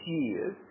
years